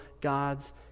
God's